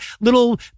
little